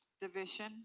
Division